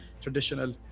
traditional